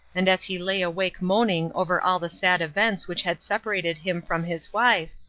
and as he lay awake moaning over all the sad events which had separated him from his wife,